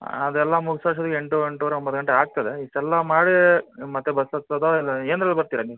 ಅದೆಲ್ಲ ಮುಗಿಸೋ ಅಷ್ಟೊತ್ತಿಗೆ ಎಂಟು ಎಂಟೂವರೆ ಒಂಬತ್ತು ಗಂಟೆ ಆಗ್ತದೆ ಇಷ್ಟೆಲ್ಲ ಮಾಡಿ ನೀವು ಮತ್ತೆ ಬಸ್ ಹತ್ತೋದಾ ಇಲ್ಲ ಏನ್ರಲ್ಲಿ ಬರ್ತೀರಾ ನೀವು